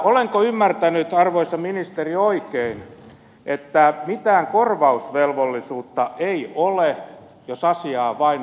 olenko ymmärtänyt arvoisa ministeri oikein että mitään korvausvelvollisuutta ei ole jos asiaa vain lykätään